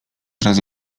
razy